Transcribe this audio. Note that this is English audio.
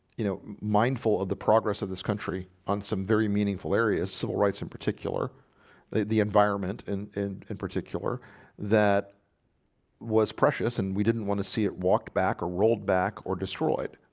you know mindful of the progress of this country on some very meaningful areas civil rights in particular the the environment and in in particular that was precious and we didn't want to see it walked back or rolled back or destroyed?